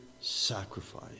sacrifice